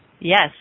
Yes